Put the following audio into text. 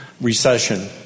recession